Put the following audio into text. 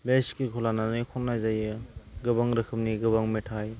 बे स्केलखौ लानानै खन्नाय जायो गोबां रोखोमनि गोबां मेथाइ